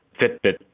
Fitbit